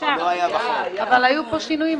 אבל היו פה שינויים,